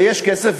ויש כסף.